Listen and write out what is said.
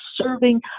serving